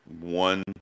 one